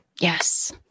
Yes